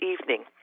evening